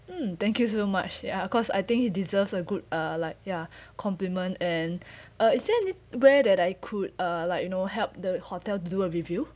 mm thank you so much ya cause I think he deserves a good uh like ya compliment and uh is there any where that I could uh like you know help the hotel to do a review